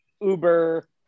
Uber